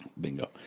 Bingo